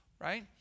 right